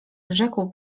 rzekł